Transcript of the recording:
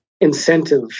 incentive